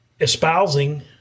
espousing